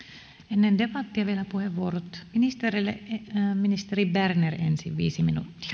ennen debattia vielä puheenvuorot ministereille ministeri berner ensin viisi minuuttia